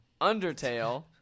Undertale